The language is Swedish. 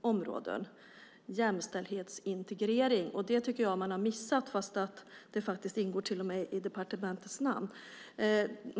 områden - jämställdhetsintegrering. Det tycker jag att man missat trots att det faktiskt till och med ingår i departementets namn.